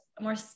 More